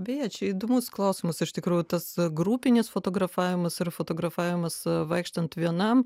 beje čia įdomus klausimas iš tikrųjų tas grupinis fotografavimas ar fotografavimas vaikštant vienam